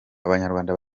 abanyarwanda